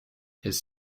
his